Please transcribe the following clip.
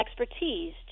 expertise